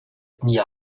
ethnies